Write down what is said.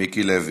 מיקי לוי,